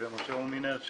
ומשה הומינר,